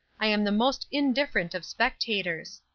i am the most indifferent of spectators.